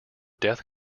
death